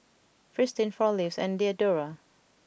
Fristine Four Leaves and Diadora